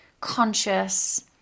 conscious